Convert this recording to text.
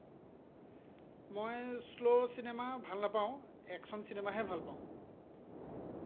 মই slow cinema ভাল নাপাওঁ একচন চিনেমাহে ভাল পাওঁ